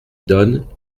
donne